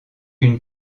une